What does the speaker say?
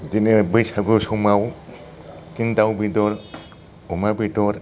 बिदिनो बैसागु समाव जों दाउ बेदर अमा बेदर